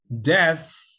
death